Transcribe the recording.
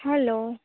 hello